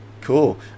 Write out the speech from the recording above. Cool